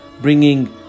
bringing